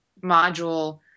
module